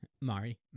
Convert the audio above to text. Mari